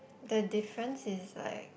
the difference is like